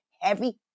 heavy